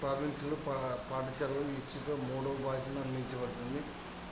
పాఠశాలలు ఇచ్చిన మూడవ భాషను అందించబడుతుంది